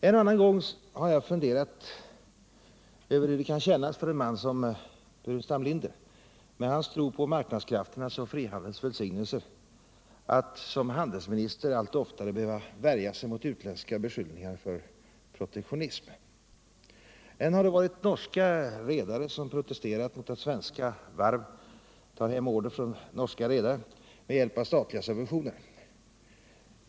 En och annan gång har jag funderat över hur det kan kännas för en man som herr Burenstam Linder — med hans tro på marknadskrafternas och frihandelns välsignelser — att som handelsminister allt oftare behöva värja sig mot utländska beskyllningar för protektionism. Än har det varit norska varv som protesterat mot att svenska varv tar hem order från norskare redare med hjälp av statliga subventioner.